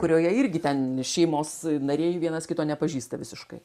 kurioje irgi ten šeimos nariai vienas kito nepažįsta visiškai